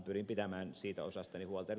pyrin pitämään siitä osaltani huolta